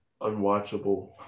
unwatchable